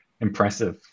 Impressive